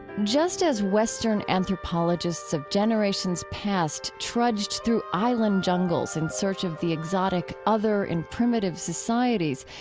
just as western anthropologists of generations past trudged through island jungles in search of the exotic other in primitive societies,